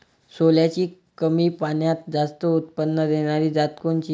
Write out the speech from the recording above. सोल्याची कमी पान्यात जास्त उत्पन्न देनारी जात कोनची?